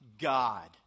God